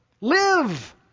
Live